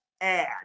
add